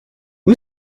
who